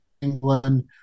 England